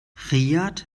riad